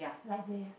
light grey ah